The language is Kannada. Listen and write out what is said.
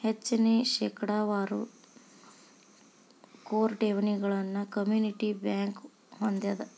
ಹೆಚ್ಚಿನ ಶೇಕಡಾವಾರ ಕೋರ್ ಠೇವಣಿಗಳನ್ನ ಕಮ್ಯುನಿಟಿ ಬ್ಯಂಕ್ ಹೊಂದೆದ